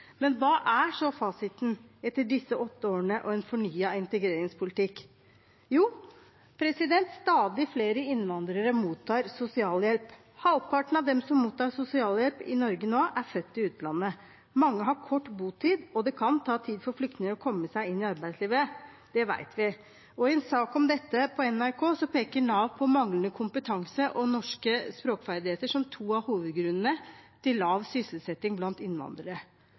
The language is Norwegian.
Men hva er så fasiten etter disse åtte årene og en fornyet integreringspolitikk? Jo, stadig flere innvandrere mottar sosialhjelp. Halvparten av dem som mottar sosialhjelp i Norge nå, er født i utlandet. Mange har kort botid, og det kan ta tid for flyktninger å komme seg inn i arbeidslivet, det vet vi. I en sak om dette på NRK peker Nav på manglende kompetanse og manglende språkferdigheter i norsk som to av hovedgrunnene til lav sysselsetting blant innvandrere.